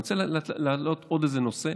אני רוצה להעלות עוד איזה נושא,